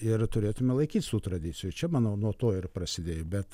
ir turėtume laikytis tų tradicijų čia manau nuo to ir prasidėjo bet